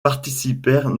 participèrent